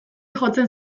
jotzen